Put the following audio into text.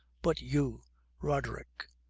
but you roderick.